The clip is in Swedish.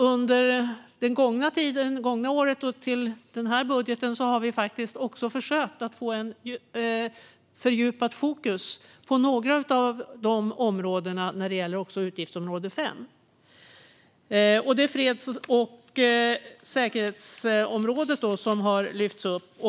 Under det gångna året fram till den här budgeten har vi försökt få ett fördjupat fokus på några av de områdena, även utgiftsområde 5. Det är freds och säkerhetsområdet som har lyfts fram.